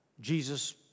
Jesus